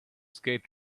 skate